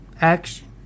Action